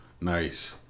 Nice